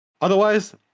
otherwise